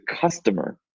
customer